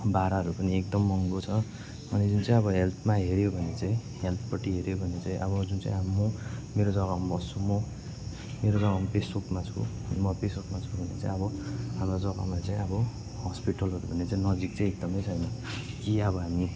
भाडाहरू पनि एकदम महँगो छ अनि जुन चाहिँ अब हेल्थमा हेऱ्यो भने चाहिँ हेल्थपट्टि हेऱ्यो भने चाहिँ अब जुन चाहिँ अब म मेरो जग्गामा बस्छु म मेरो जग्गामा पेसोकमा छु म पेसोकमा छु भने चाहिँ अब हाम्रो जग्गामा चाहिँ अब हस्पिटलहरू भन्ने चाहिँ नजिक चाहिँ एकदमै छैन कि अब हामी